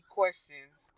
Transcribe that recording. questions